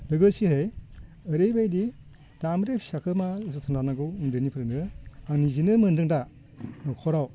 लोगोसेयै ओरैबायदि दामब्रि फिसाखौ मा जोथोन लानांगौ उन्दैनिफ्रायनो आं निजेनो मोनदों दा नखराव